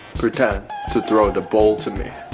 pretend to throw the ball to me.